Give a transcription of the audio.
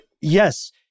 Yes